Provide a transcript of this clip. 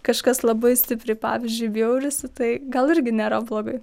kažkas labai stipriai pavyzdžiui bjaurisi tai gal irgi nėra blogai